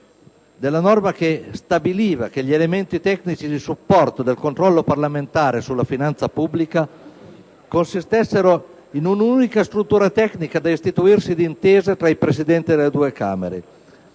mediante cui si stabiliva che gli elementi tecnici di supporto del controllo parlamentare sulla finanza pubblica consistessero in un'unica struttura tecnica da istituirsi di intesa tra i Presidenti delle due Camere.